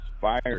fire